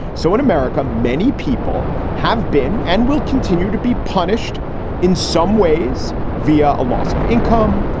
so in america, many people have been and will continue to be punished in some ways via a loss of income,